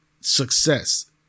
success